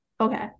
Okay